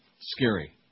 scary